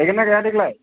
गायगोन ना गाइआ देग्लाय